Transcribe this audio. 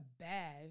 bad